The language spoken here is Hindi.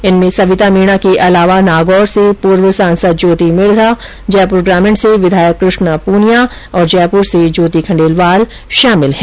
इनमें सविता मीणा के अलावा नागौर से पूर्व सांसद ज्योति मिर्धा जयपुर ग्रामीण से विधायक कृष्णा पूनियां तथा जयपुर से ज्योति खंडेलवाल शामिल है